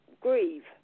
grieve